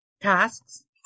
tasks